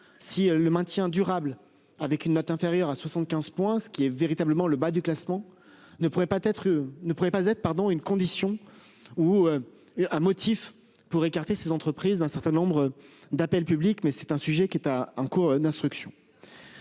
si le maintien durable avec une note inférieure à 75 points, ce qui est véritablement le bas du classement ne pourrait pas être ne pourrait pas être pardon une condition ou. À motif pour écarter ses entreprises d'un certain nombre d'appels publics mais c'est un sujet qui est à en cours d'instruction.